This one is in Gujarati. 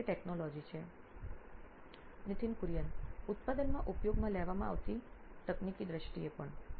નીથિન કુરિયન સીઓઓ નોઇન ઇલેક્ટ્રોનિક્સ ઉત્પાદનમાં ઉપયોગમાં લેવામાં આવતી તકનીકીની દ્રષ્ટિએ પણ